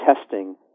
testing